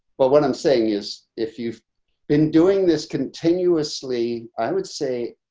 but what i'm saying is if you've been doing this continuously i would say,